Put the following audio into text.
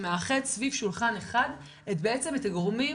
שמאחד סביב שולחן אחד את הגורמים